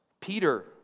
Peter